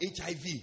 HIV